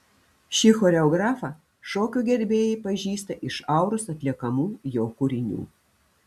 šį choreografą šokio gerbėjai pažįsta iš auros atliekamų jo kūrinių